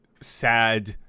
sad